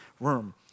room